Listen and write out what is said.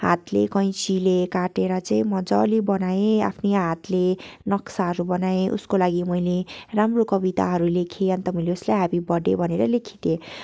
हातले कैचीले काटेर चाहिँ मजाले बनाए आफ्नै हातले नक्साहरू बनाएँ उसको लागि मैले राम्रो कविताहरू लेखे अन्त मैले उसलाई ह्याप्पी बर्थडे भनेर लेखिदिएँ